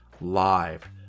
live